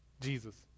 Jesus